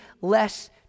less